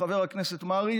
חבר הכנסת מרעי,